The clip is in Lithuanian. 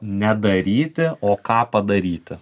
nedaryti o ką padaryti